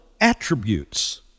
attributes